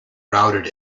routed